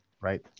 right